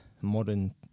modern